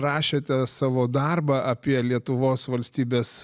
rašėte savo darbą apie lietuvos valstybės